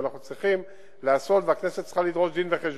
אנחנו צריכים לעשות והכנסת צריכה לדרוש דין-וחשבון.